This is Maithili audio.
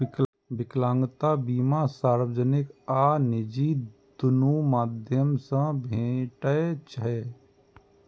विकलांगता बीमा सार्वजनिक आ निजी, दुनू माध्यम सं भेटै छै